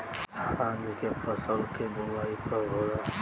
धान के फ़सल के बोआई कब होला?